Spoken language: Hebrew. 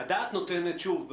הדעת נותנת שוב,